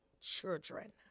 children